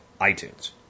iTunes